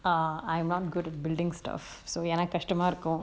uh I'm ram good at building stuff so எனக்கு கஸ்டமா இருக்கும்:enakku kastama irukkkum